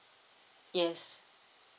yes